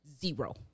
Zero